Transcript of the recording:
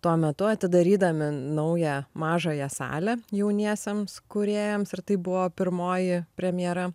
tuo metu atidarydami naują mažąją salę jauniesiems kūrėjams ir tai buvo pirmoji premjera